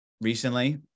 recently